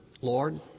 Lord